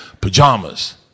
pajamas